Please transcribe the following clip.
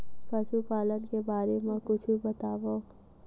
पशुपालन के बारे मा कुछु बतावव?